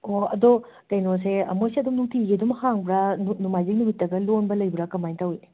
ꯑꯣ ꯑꯗꯣ ꯀꯩꯅꯣꯁꯦ ꯃꯣꯏꯁꯦ ꯑꯗꯨꯝ ꯅꯨꯡꯇꯤꯒꯤ ꯑꯗꯨꯝ ꯍꯥꯡꯕ꯭ꯔꯥ ꯅꯨ ꯅꯣꯡꯃꯥꯏꯖꯤꯡ ꯅꯨꯃꯤꯠꯇꯒ ꯂꯣꯟꯕ ꯂꯩꯕ꯭ꯔꯥ ꯀꯃꯥꯏꯟ ꯇꯧꯏ